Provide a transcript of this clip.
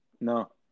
No